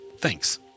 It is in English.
thanks